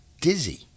dizzy